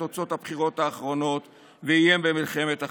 תוצאות הבחירות האחרונות ואיים במלחמת אחים,